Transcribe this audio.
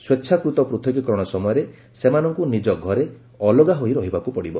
ସ୍ୱେଚ୍ଛାକୃତ ପୃଥକୀକରଣ ସମୟରେ ସେମାନଙ୍କୁ ନିଜ ଘରେ ଅଲଗା ହୋଇ ରହିବାକୁ ପଡ଼ିବ